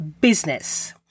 business